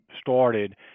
started